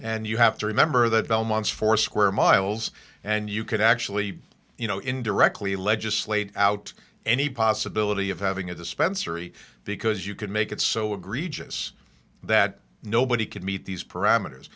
and you have to remember that belmont's four square miles and you could actually you know indirectly legislate out any possibility of having a dispensary because you could make it so egregious that nobody could meet these parameters